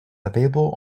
available